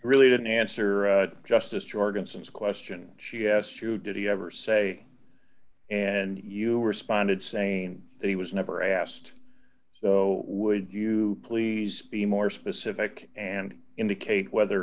really didn't answer justice jargon since a question she asked you did he ever say and you responded saying that he was never asked so would you please be more specific and indicate whether